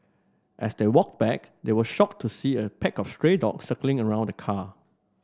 as they walked back they were shocked to see a pack of stray dog circling around the car